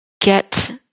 get